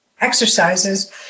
exercises